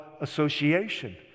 association